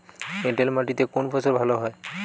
এঁটেল মাটিতে কোন ফসল ভালো হয়?